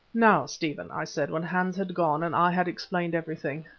now, stephen, i said when hans had gone and i had explained everything,